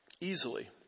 easily